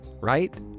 right